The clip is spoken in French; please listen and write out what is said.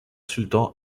sultan